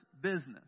business